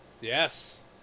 yes